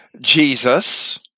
Jesus